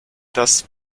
das